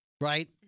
Right